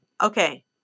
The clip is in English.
Okay